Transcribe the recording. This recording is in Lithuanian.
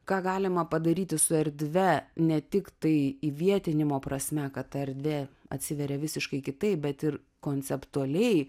ką galima padaryti su erdve ne tiktai įvietinimo prasme kad erdvė atsiveria visiškai kitaip bet ir konceptualiai